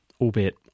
albeit